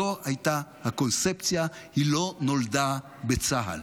זו הייתה הקונספציה, היא לא נולדה בצה"ל.